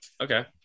Okay